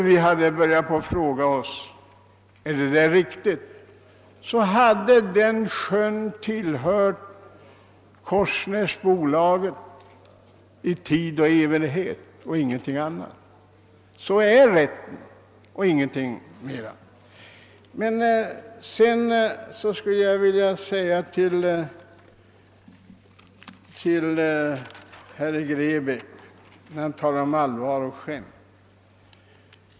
Om vi inte hade börjat fråga oss om det verkligen var riktigt hade emellertid den sjön tillhört Korsnäsbolaget för tid och evighet. Sådan är rätten. Herr Grebäck talade om allvar och skämt.